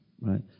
right